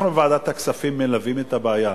אנחנו בוועדת הכספים מלווים את הבעיה,